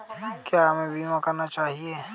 क्या हमें बीमा करना चाहिए?